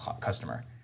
customer